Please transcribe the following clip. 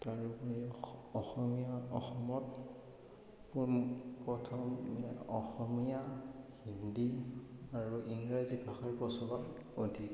তাৰোপৰি অসমীয়া অসমত পোন প্ৰথম অসমীয়া হিন্দী আৰু ইংৰাজী ভাষাৰ প্ৰচলন অধিক